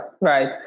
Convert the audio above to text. right